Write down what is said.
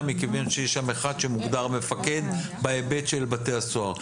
מכיוון שיש שם אחד שמוגדר מפקד בהיבט של בתי הסוהר,